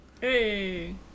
Hey